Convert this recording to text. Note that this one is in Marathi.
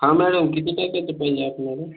हा मॅडम किती पॅकेटं पाहिजे आपल्याला